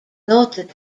noted